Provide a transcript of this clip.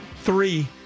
three